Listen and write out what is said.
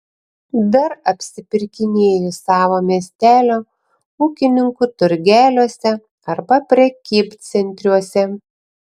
dar apsipirkinėju savo miestelio ūkininkų turgeliuose arba prekybcentriuose